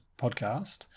podcast